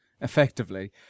effectively